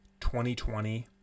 2020